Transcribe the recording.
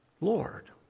Lord